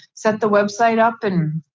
set the website up and.